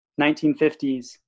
1950s